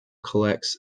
collects